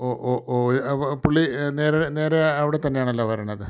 ഓ ഓ ഓ അപ്പോൾ പുള്ളി നേരെ നേരെ അവിടെ തന്നെയാണല്ലോ വരണത്